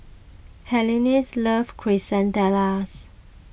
Helaines loves Quesadillas